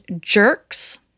jerks